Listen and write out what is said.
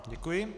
Děkuji.